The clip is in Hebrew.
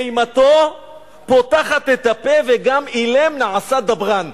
אימתו פותחת את הפה וגם אילם נעשה דברן.